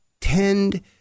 tend